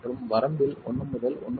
மற்றும் வரம்பில் 1 முதல் 1